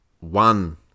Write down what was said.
one